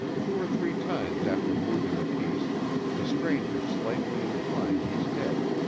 two or three times after moving a piece the stranger slightly inclined his head,